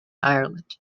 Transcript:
ireland